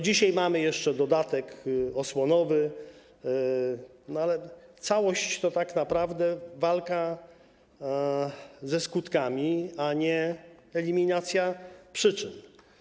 Dzisiaj mamy jeszcze dodatek osłonowy, ale całość to tak naprawdę walka ze skutkami, a nie eliminacja przyczyn.